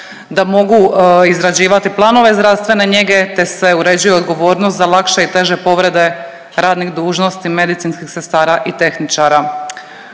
da mogu izrađivati planove zdravstvene njege te se uređuje odgovornost za lakše i teže povrede radnih dužnosti medicinskih sestara i tehničara.